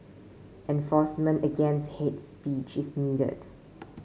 enforcement against hate speech is needed